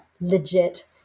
legit